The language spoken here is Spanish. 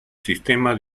sistema